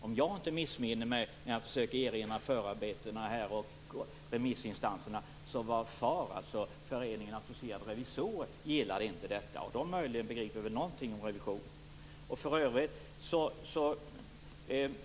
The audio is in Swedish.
Om jag inte missminner mig när jag försöker erinra mig förarbetena och remissvaren gillade FAR, Föreningen Auktoriserade Revisorer, inte detta, och de om några begriper väl något om revision.